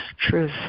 truth